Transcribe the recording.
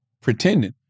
pretending